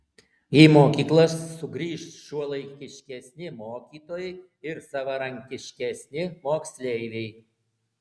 į mokyklas sugrįš šiuolaikiškesni mokytojai ir savarankiškesni moksleiviai